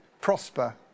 prosper